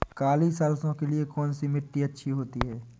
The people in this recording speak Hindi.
काली सरसो के लिए कौन सी मिट्टी अच्छी होती है?